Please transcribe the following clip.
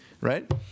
right